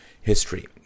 history